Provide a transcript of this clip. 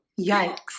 yikes